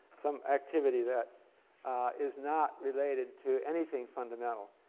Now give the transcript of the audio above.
some activity that is not related to anything fundamental.